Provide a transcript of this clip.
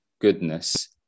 goodness